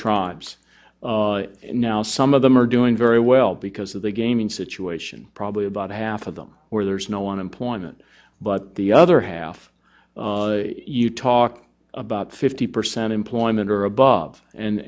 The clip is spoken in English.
tribes now some of them are doing very well because of the gaming situation probably about half of them where there is no unemployment but the other half you talk about fifty percent employment or above